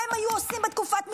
מה היו עושים בתקופת המלחמה?